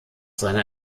seiner